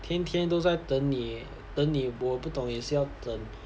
天天都在等你等你我不懂也是要等